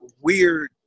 weird